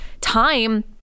time